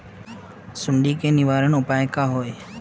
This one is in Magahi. सुंडी के निवारण उपाय का होए?